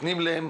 נותנים להם